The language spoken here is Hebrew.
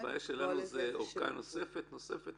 הבעיה שלנו היא אורכה נוספת, נוספת,